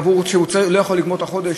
הוא לא יכול לגמור את החודש,